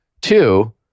Two